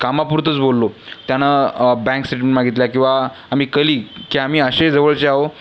कामापुरतंच बोललो त्यानं bank statement मागितल्या किंवा आम्ही कलीग की आम्ही असे जवळचे आहो